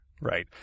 Right